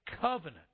covenant